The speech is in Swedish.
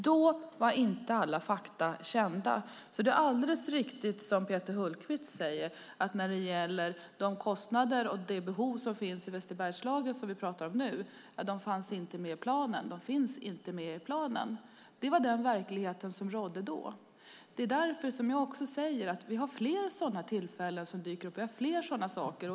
Då var inte alla fakta kända, så det är alldeles riktigt som Peter Hultqvist säger att de kostnader och de behov som finns i Västerbergslagen, som vi pratar om nu, inte finns med i planen. Det var den verklighet som rådde då. Det är därför som jag säger att flera sådana tillfällen kommer att dyka upp, att vi har flera sådana saker.